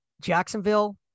Jacksonville